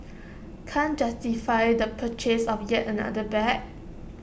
can't justify the purchase of yet another bag